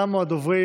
תמו הדוברים.